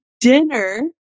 dinner